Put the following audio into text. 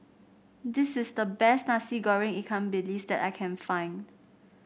this is the best Nasi Goreng Ikan Bilis that I can find